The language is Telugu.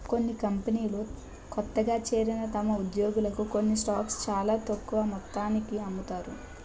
కొన్ని కంపెనీలు కొత్తగా చేరిన తమ ఉద్యోగులకు కొన్ని స్టాక్స్ చాలా తక్కువ మొత్తానికి అమ్ముతారు